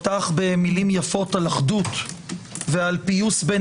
פתח במילים יפות על אחדות ועל פיוס בין